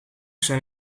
zijn